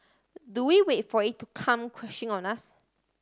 do we wait for it to come crashing on us